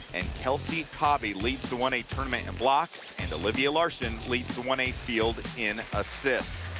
and kelsey hobbie leads the one a tournament in blocks and olivia larsen leads the one a field in assists